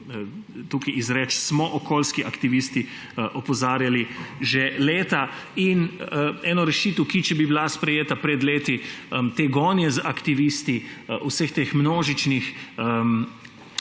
tukaj izreči – smo okoljski aktivisti opozarjali že leta in ena rešitev, ki če bi bila sprejeta pred leti, te gonje z aktivisti, vseh teh množičnih